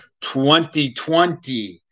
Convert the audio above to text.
2020